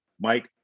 Mike